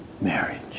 Marriage